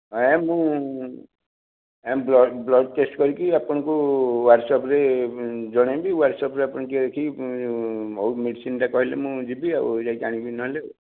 ଏ ମୁଁ ଆଜ୍ଞା blood blood test କରିକି ଆପଣଙ୍କୁ ହ୍ୱାଟ୍ସପ୍ରେ ଜଣେଇବି ହ୍ୱାଟ୍ସପ୍ରେ ଆପଣ ଟିକେ ଦେଖିକି କୋଉ ମେଡ଼ିସିନ୍ଟା କହିଲେ ମୁଁ ଯିବି ଆଉ ଯାଇକି ଆଣିବି ନହେଲେ ଆଉ